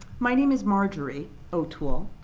my name is marjorie o'toole.